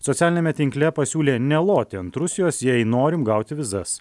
socialiniame tinkle pasiūlė neloti ant rusijos jei norim gauti vizas